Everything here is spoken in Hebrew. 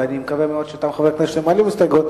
ואני מקווה מאוד גם שחברי הכנסת שמעלים הסתייגויות